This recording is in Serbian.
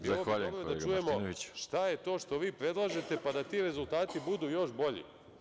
Bilo bi dobro da čujemo šta je to što vi predlažete, pa da ti rezultati budu još bolji.